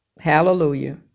Hallelujah